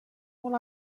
molt